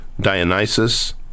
Dionysus